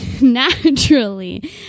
naturally